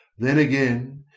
then again,